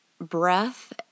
breath